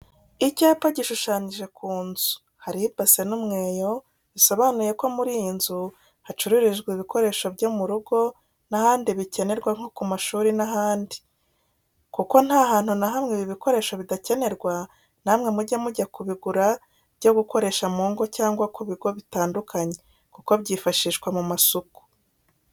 Icyapa gishushanyije ku nzu hariho ibase n'umweyo bisonuye ko muriyinzu hacururizwa ibikoresho byo murugo nahandi bicyenerwa nko kumashuri n'ahandi. Kuko ntahantu nahamwe ibi bikoresho bidacyenerwa namwe mujye mujya kubigura byo gukoresha mu ngo cyangwa kubigo bitandukanye. Kuko byifashishwa mu masuku.